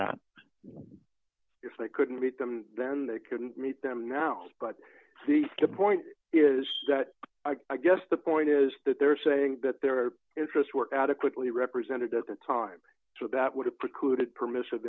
that if they couldn't meet them then they couldn't meet them now but see the point is that i guess the point is that they are saying that their interests were adequately represented at the time so that would have precluded permissive